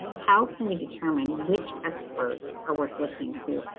how can we determine which experts are worth listening to.